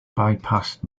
bypassed